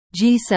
G7